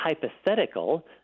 hypothetical